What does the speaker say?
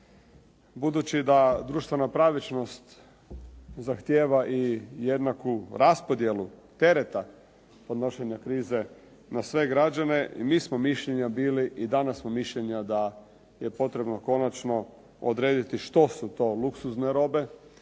Budući da društvena pravičnost zahtijeva i jednaku raspodjelu tereta podnošenja krize na sve građane i mi smo mišljenja bili i danas smo mišljenja da je potrebno konačno odrediti što su to luksuzne robe